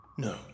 No